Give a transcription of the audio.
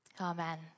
Amen